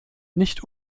nicht